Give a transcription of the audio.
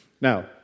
Now